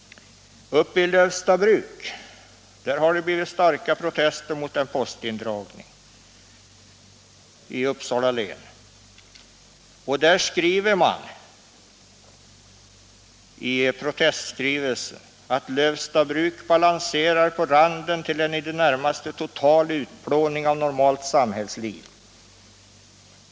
Uppe i Lövstabruk i Uppsala län har det blivit starka protester med anledning av en postindragning. I protestskrivelsen heter det att Lövstabruk ”balanserar på randen till en i det närmaste total utplåning av normalt samhällsliv —-—--.